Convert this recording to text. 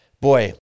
boy